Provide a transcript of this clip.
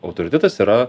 autoritetas yra